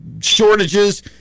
shortages